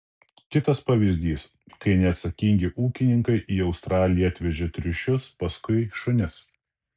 kitas pavyzdys kai neatsakingi ūkininkai į australiją atvežė triušius paskui šunis